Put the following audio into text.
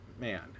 Man